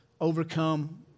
overcome